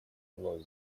вновь